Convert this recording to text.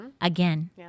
again